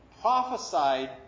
prophesied